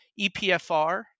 EPFR